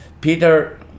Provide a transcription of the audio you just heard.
Peter